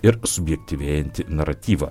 ir suaktyvėjantį naratyvą